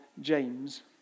James